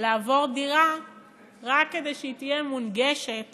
לעבור דירה רק כדי שהיא תהיה מונגשת